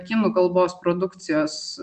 kinų kalbos produkcijos